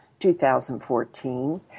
2014